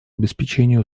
обеспечению